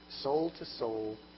soul-to-soul